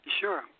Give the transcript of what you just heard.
Sure